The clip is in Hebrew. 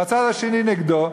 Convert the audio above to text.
והצד השני נגדו,